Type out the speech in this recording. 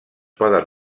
poden